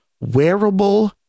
wearable